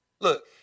Look